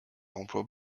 emploie